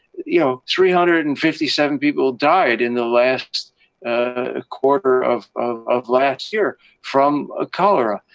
you know, three hundred and fifty seven people died in the last ah quarter of of last year from ah cholera.